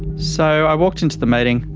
so i walked into the meeting.